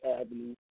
Avenue